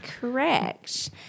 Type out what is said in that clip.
Correct